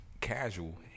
casual